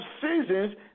seasons